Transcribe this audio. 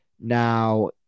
Now